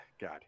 God